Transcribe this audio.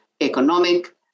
economic